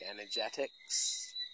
Energetics